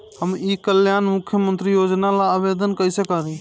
हम ई कल्याण मुख्य्मंत्री योजना ला आवेदन कईसे करी?